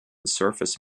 surface